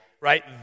right